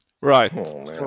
right